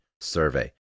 survey